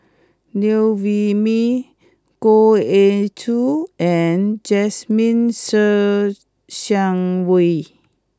Liew Wee Mee Goh Ee Choo and Jasmine Ser Xiang Wei